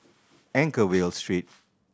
Anchorvale Street